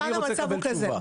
אני רוצה לקבל תשובה.